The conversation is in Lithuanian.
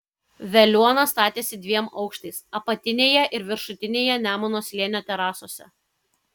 veliuona statėsi dviem aukštais apatinėje ir viršutinėje nemuno slėnio terasose